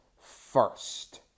first